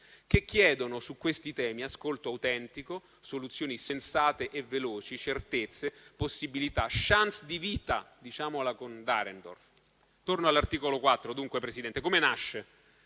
che chiedono su questi temi ascolto autentico, soluzioni sensate e veloci, certezze, possibilità, *chance* di vita, per dirla con Dahrendorf. Torno dunque all'articolo 4. Esso nasce, come è